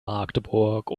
magdeburg